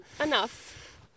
enough